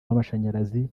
w’amashanyarazi